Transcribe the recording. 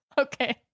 Okay